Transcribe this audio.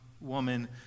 woman